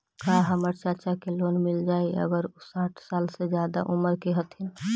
का हमर चाचा के लोन मिल जाई अगर उ साठ साल से ज्यादा के उमर के हथी?